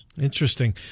Interesting